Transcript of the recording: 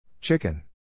Chicken